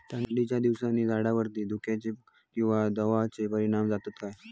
थंडीच्या दिवसानी झाडावरती धुक्याचे किंवा दवाचो परिणाम जाता काय?